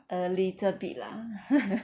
a little bit lah